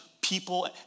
people